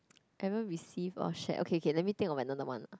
ever receive or share okay okay let me think of another one